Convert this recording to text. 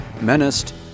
menaced